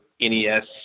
NES